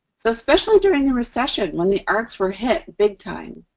so, especially during the recession, when the arts were hit big time,